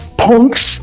punks